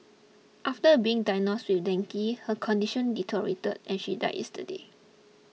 after being diagnosed with dengue her condition deteriorated and she died yesterday